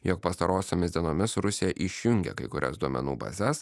jog pastarosiomis dienomis rusija išjungia kai kurias duomenų bazes